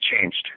changed